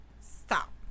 stop